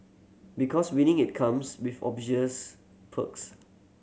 because winning it comes with obvious perks